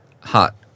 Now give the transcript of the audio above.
hot